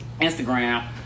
Instagram